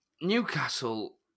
Newcastle